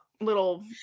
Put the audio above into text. Little